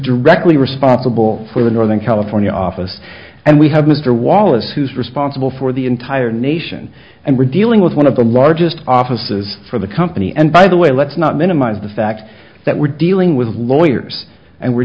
directly responsible for the northern california office and we have mr wallis who's responsible for the entire nation and we're dealing with one of the largest offices for the company and by the way let's not minimize the fact that we're dealing with lawyers and we're